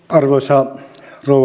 arvoisa